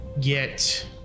get